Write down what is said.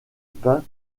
peints